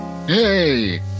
Hey